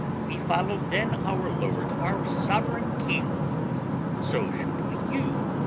we follow'd then our lord, our sovereign king so should we you,